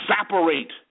evaporate